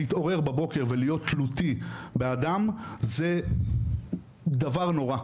להתעורר בבוקר ולהיות תלוי באדם זה דבר נורא.